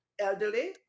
elderly